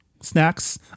snacks